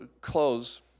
close